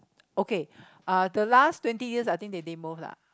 okay uh the last twenty years I think they didn't move lah